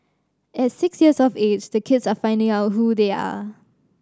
at six years of age the kids are finding out who they are